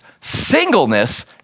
singleness